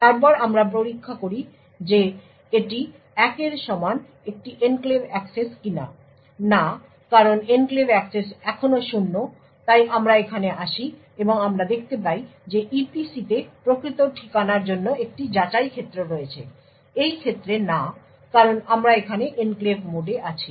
তারপর আমরা পরীক্ষা করি যে এটি 1 এর সমান একটি এনক্লেভ অ্যাক্সেস কিনা না কারণ এনক্লেভ অ্যাক্সেস এখনও শূন্য তাই আমরা এখানে আসি এবং আমরা দেখতে পাই যে EPC তে প্রকৃত ঠিকানার জন্য একটি যাচাই ক্ষেত্র রয়েছে এই ক্ষেত্রে না কারণ আমরা এখানে এনক্লেভ মোডে আছি